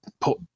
put